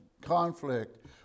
conflict